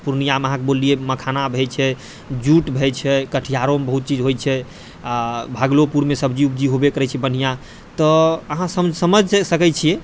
पूर्णियामे अहाँके बोललियै मखाना भै छै जूट भै छै कटिहारोमे बहुत चीज होइ छै आओर भागलोपुरमे सब्जी उब्जी होबे करै छै बन्हियाँ तऽ अहाँ सम समझ सकै छियै